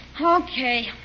Okay